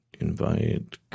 invite